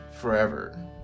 forever